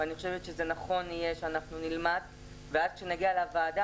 ואני חושבת שנכון יהיה שנלמד אותו וכשנגיע לוועדה